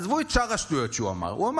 עזבו את שאר השטויות שהוא אמר.